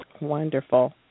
Wonderful